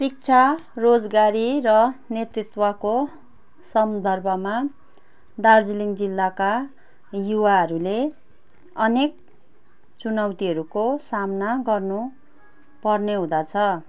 शिक्षा रोजगारी र नेतृत्वको सन्दर्भमा दार्जिलिङ जिल्लाका युवाहरूले अनेक चुनौतीहरूको सामना गर्नुपर्ने हुँदछ